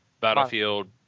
battlefield